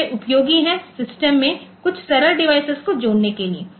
तो वे उपयोगी हैं सिस्टम में कुछ सरल डिवाइस को जोड़ने के लिए